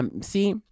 see